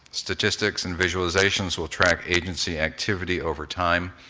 statistics and visualizations will track agency activity over time.